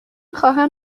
خواهم